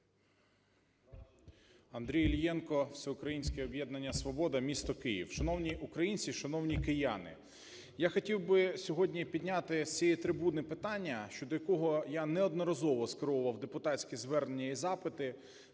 Андрій Іллєнка, Всеукраїнське об'єднання "Свобода", місто Київ. Шановні українці і шановні кияни! Я хотів би сьогодні підняти з цієї трибуни питання, щодо якого я неодноразово скеровував депутатські звернення і запити,